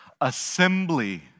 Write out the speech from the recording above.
Assembly